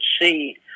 see